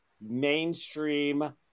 mainstream